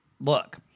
look